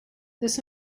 this